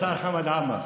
כבוד השר חמד עמאר.